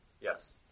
Yes